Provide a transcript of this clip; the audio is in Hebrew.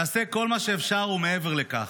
תעשה כל מה שאפשר ומעבר לכך.